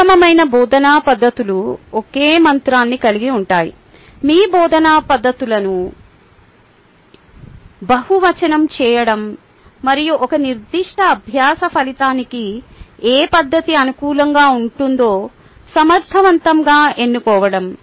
ఉత్తమమైన బోధనా పద్ధతులు ఒకే మంత్రాన్ని కలిగి ఉంటాయి మీ బోధనా పద్ధతులను బహువచనం చేయడo మరియు ఒక నిర్దిష్ట అభ్యాస ఫలితానికి ఏ పద్ధతి అనుకూలంగా ఉంటుందో సమర్థవంతంగా ఎన్నుకోవడం